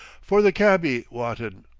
for the cabby, wotton.